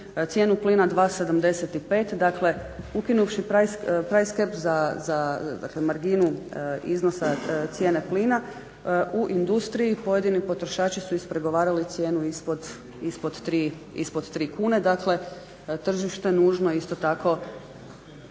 cijena plina 2,75 dakle ukinuvši price cap za dakle marginu iznosa cijene plina. U industriji pojedini potrošači su ispregovarali cijenu ispod 3 kune, dakle tržište nužno isto tako